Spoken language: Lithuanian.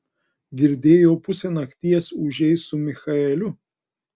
girdėjau pusę nakties ūžei su michaeliu